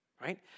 right